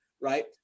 right